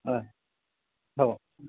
হয় হ'ব